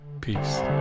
peace